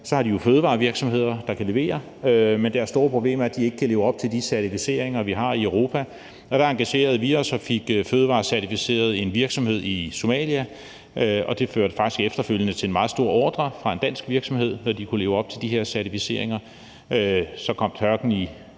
har de jo fødevarevirksomheder, der kan levere, men deres store problem er, at de ikke kan leve op til de certificeringer, vi har i Europa. Der engagerede vi os og fik fødevarecertificeret en virksomhed i Somalia, og det førte faktisk efterfølgende til en meget stor ordre fra en dansk virksomhed, da de kunne leve op til de her certificeringer. Så kom tørken i